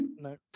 No